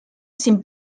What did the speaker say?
sin